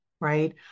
right